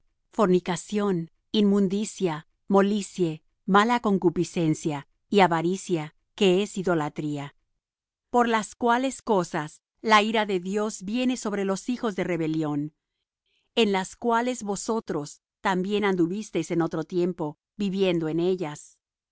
fornicación inmundicia molicie mala concupiscencia y avaricia que es idolatría por las cuales cosas la ira de dios viene sobre los hijos de rebelión en las cuales vosotros también anduvisteis en otro tiempo viviendo